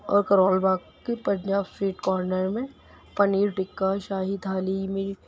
اور کرول باغ کی Punjab sweet corner میں پنیر ٹکا شاہی تھالی میٹ